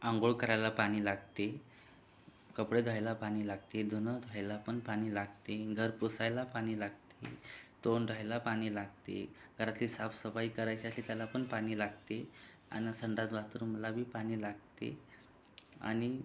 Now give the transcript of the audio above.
आंघोळ करायला पाणी लागते कपडे धुवायला पाणी लागते धुणं धुवायला पण पाणी लागते घर पुसायला पाणी लाग तोंड धुवायला पाणी लागते घरातली साफसफाई करायची असेल त्याला पण पाणी लागते आणि संडास बाथरूमलाबी पाणी लागते आणि